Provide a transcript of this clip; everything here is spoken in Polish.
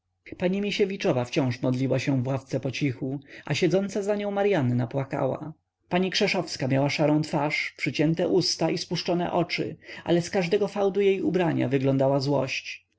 pani misiewiczowa wciąż modliła się w ławce pocichu a siedząca za nią maryanna płakała pani krzeszowska miała szarą twarz przycięte usta i spuszczone oczy ale z każdego fałdu jej ubrania wyglądała złość